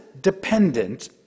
dependent